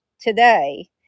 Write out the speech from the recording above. today